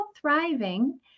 thriving